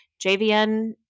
JVN